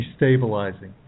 destabilizing